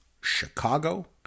Chicago